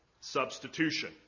substitution